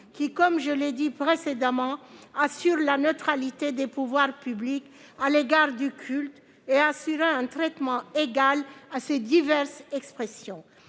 qui, comme je l'ai dit précédemment, assure la neutralité des pouvoirs publics à l'égard du culte et un traitement égal aux diverses expressions